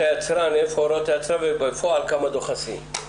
וזה חשוב,